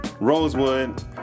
Rosewood